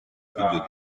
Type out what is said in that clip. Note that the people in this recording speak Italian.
figlio